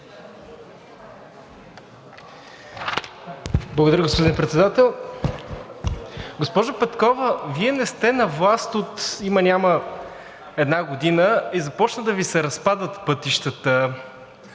Благодаря, господин Председател. Госпожо Петкова, Вие не сте на власт от има няма една година и започват да Ви се разпадат пътищата.